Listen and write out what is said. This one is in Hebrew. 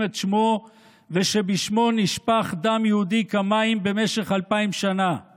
את שמו ושבשמו נשפך דם יהודי כמים במשך אלפיים שנה;